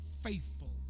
faithful